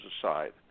aside